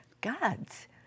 gods